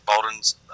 Bolden's